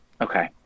Okay